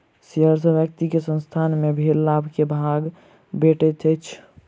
share सॅ व्यक्ति के संसथान मे भेल लाभ के भाग भेटैत अछि